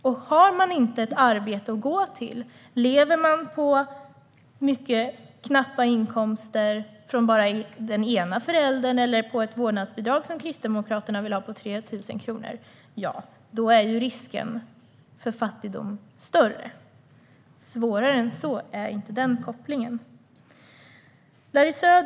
Om man inte har ett arbete att gå till eller lever på mycket knappa inkomster från bara den ena föräldern eller på ett vårdnadsbidrag på 3 000 kronor, som Kristdemokraterna vill ha, är risken för fattigdom större. Svårare än så är inte den kopplingen.